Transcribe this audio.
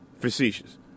facetious